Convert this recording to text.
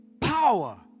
power